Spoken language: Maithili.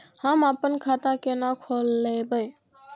हम आपन खाता केना खोलेबे?